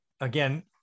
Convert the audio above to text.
Again